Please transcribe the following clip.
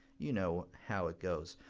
you know how it goes.